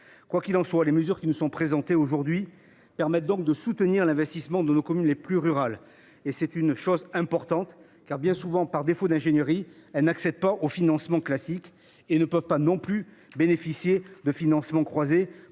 Quoi qu’il en soit, les mesures qui nous sont présentées aujourd’hui permettent de soutenir l’investissement de nos communes les plus rurales. C’est important, car, bien souvent, par défaut d’ingénierie, ces dernières n’accèdent pas aux financements classiques et ne peuvent pas bénéficier non plus des financements croisés